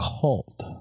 cult